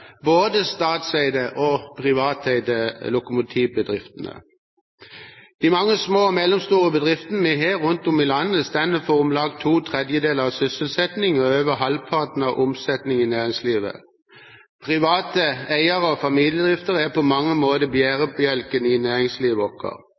både statseide og privateide lokomotivbedriftene. De mange små og mellomstore bedriftene vi har rundt om i landet, står for om lag to tredjedeler av sysselsettingen og over halvparten av omsetningen i næringslivet. Private eiere og familiebedrifter er på mange måter